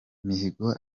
mihigo